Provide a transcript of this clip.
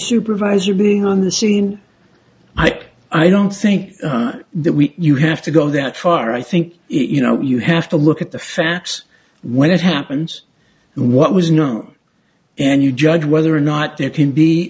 supervisor being on the scene ike i don't think that we you have to go that far i think you know you have to look at the facts when it happens and what was known and you judge whether or not there can be